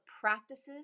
practices